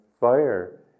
fire